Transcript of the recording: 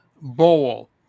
bowl